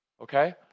Okay